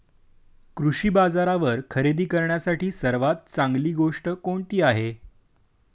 कृषी बाजारावर खरेदी करण्यासाठी सर्वात चांगली गोष्ट कोणती आहे?